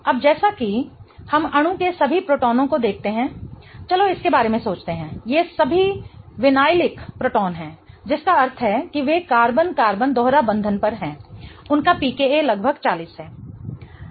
अब जैसा कि हम अणु के सभी प्रोटॉनों को देखते हैं चलो इसके बारे में सोचते हैं ये सभी विनायलिक प्रोटॉन हैं जिसका अर्थ है कि वे कार्बन कार्बन दोहरा बंधन पर हैं उनका pKa लगभग 40 है